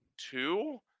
two